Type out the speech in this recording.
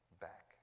back